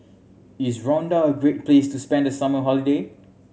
is Rwanda a great place to spend the summer holiday